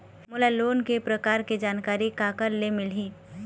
मोला लोन के प्रकार के जानकारी काकर ले मिल ही?